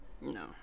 No